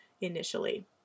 initially